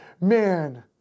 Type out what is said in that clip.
man